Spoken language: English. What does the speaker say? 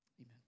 Amen